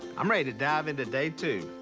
i'm ready to dive into day two.